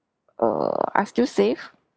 err are still safe